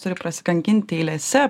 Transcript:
turi prasikankinti eilėse